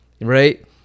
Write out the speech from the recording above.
right